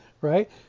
right